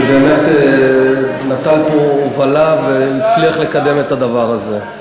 שבאמת נתן פה הובלה והצליח לקדם את הדבר הזה.